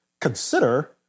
consider